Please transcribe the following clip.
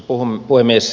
arvoisa puhemies